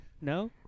No